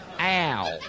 Ow